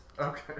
okay